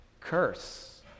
curse